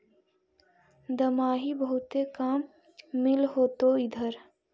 दमाहि बहुते काम मिल होतो इधर?